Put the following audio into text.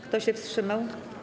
Kto się wstrzymał?